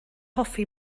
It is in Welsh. hoffi